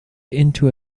into